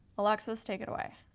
alexis, take it away.